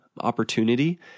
opportunity